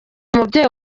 umubyeyi